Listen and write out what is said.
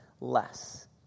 less